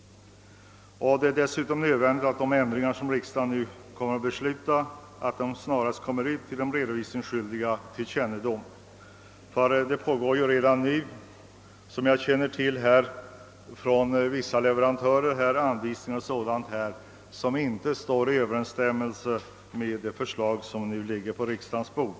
Det är dessutom nödvändigt att besked om de ändringar som riksdagen nu kommer att besluta snarast lämnas till de redovisningsskyldiga. Jag känner till att redan nu vissa leverantörer lämnar anvisningar som inte står i överensstämmelse med det förslag som nu ligger på riksdagens bord.